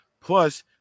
Plus